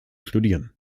studieren